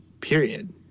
period